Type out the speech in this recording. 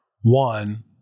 one